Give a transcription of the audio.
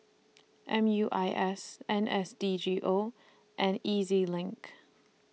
M U I S N S D G O and E Z LINK